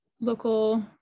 local